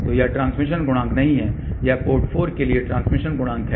तो यह ट्रांसमिशन गुणांक नहीं है और यह पोर्ट 4 के लिए ट्रांसमिशन गुणांक है